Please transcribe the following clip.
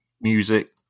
music